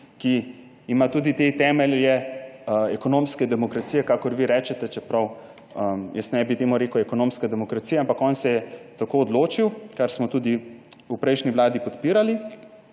ki ima tudi temelje ekonomske demokracije, kakor vi rečete, čeprav jaz ne bi temu rekel ekonomska demokracija, ampak on se je tako odločil, kar smo tudi v prejšnji vladi podpirali.